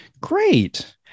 Great